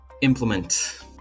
Implement